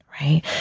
right